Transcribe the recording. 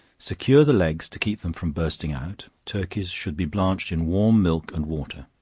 secure the legs to keep them from bursting out turkeys should be blanched in warm milk and water